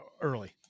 early